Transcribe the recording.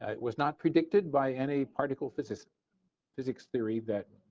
it was not predicted by any particle physicist physics theory that